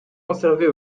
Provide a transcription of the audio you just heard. conservée